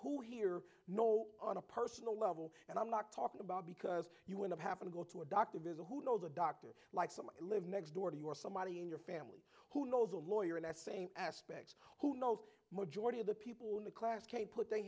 who here know on a personal level and i'm not talking about because you wind up having to go to a doctor visit who know the doctor like some live next door to you or somebody in your family who knows a lawyer in a same aspect who knows majority of the people in the class can't put the